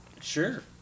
Sure